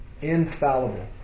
infallible